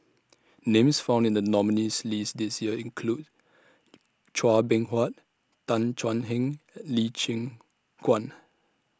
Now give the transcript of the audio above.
Names found in The nominees' list This Year include Chua Beng Huat Tan Thuan Heng and Lee Choon Guan